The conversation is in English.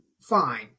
Fine